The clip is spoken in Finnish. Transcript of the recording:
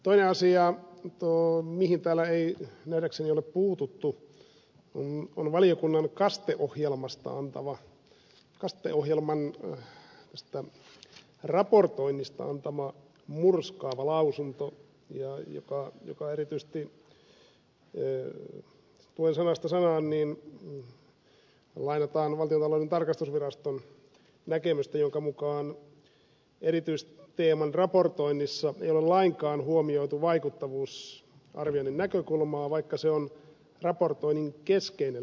toinen asia mihin täällä ei nähdäkseni ole puututtu on valiokunnan kaste ohjelman raportoinnista antama murskaava lausunto jossa erityisesti luen sanasta sanaan lainataan valtiontalouden tarkastusviraston näkemystä jonka mukaan erityisteeman raportoinnissa ei ole lainkaan huomioitu vaikuttavuusarvioinnin näkökulmaa vaikka se on raportoinnin keskeinen lähtökohta